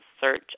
search